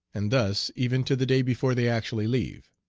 and thus even to the day before they actually leave.